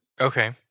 Okay